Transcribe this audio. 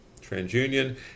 TransUnion